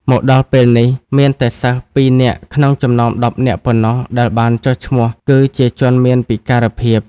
មកដល់ពេលនេះ មានតែសិស្ស ២ នាក់ក្នុងចំណោម ១០ នាក់ប៉ុណ្ណោះដែលបានចុះឈ្មោះគឺជាជនមានពិការភាព”។